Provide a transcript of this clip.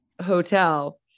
hotel